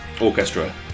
orchestra